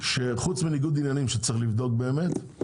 שחוץ מניגוד עניינים שצריך לבדוק באמת,